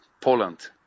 Poland